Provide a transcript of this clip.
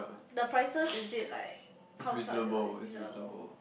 the prices is it like how is how is it like reasonable